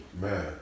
Man